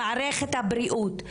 במערכת הבריאות,